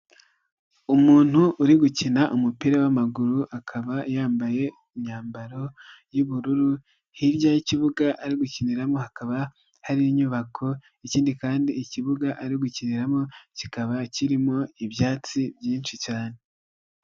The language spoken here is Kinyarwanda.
Umuntu uri gukina umupira w'amaguru akaba yambaye imyambaro y'ubururu, hirya y'ikibuga ari gukiniramo hakaba hari inyubako, ikindi kandi ikibuga ari gukiniramo kikaba kirimo ibyatsi byinshi cyane.